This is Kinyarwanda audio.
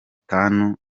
tanu